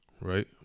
right